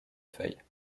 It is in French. feuilles